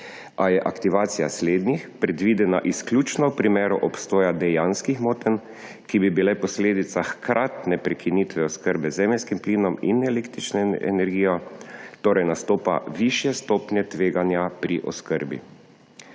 a je aktivacija slednjih predvidena izključno v primeru obstoja dejanskih motenj, ki bi bile posledica hkratne prekinitve oskrbe z zemeljskim plinom in električno energijo, torej nastopa višje stopnje tveganja pri oskrbi.